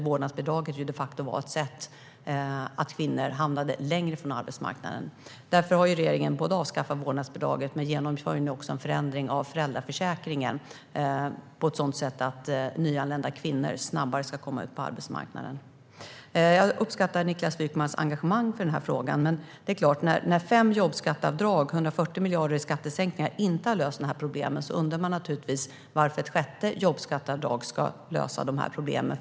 Vårdnadsbidraget gjorde de facto att kvinnor hamnade längre ifrån arbetsmarknaden, och därför har regeringen avskaffat vårdnadsbidraget. Vi genomför nu också en förändring av föräldraförsäkringen på ett sådant sätt att nyanlända kvinnor snabbare ska komma ut på arbetsmarknaden. Jag uppskattar Niklas Wykmans engagemang i frågan, men när fem jobbskatteavdrag - 140 miljarder i skattesänkningar - inte har löst dessa problem undrar man naturligtvis varför ett sjätte skulle lösa dem.